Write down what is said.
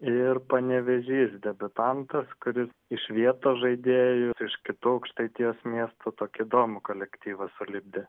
ir panevėžys debiutantas kuris iš vietos žaidėjų iš kitų aukštaitijos miestų tokį įdomų kolektyvą sulipdė